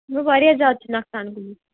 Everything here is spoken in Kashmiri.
گوٚو واریاہ زیادٕ چھُ نۄقصان گوٚمُت